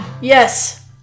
Yes